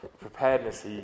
preparedness